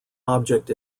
object